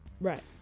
Right